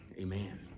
Amen